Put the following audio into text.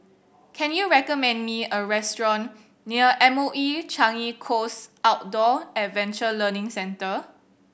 can you recommend me a restaurant near M O E Changi Coast Outdoor Adventure Learning Centre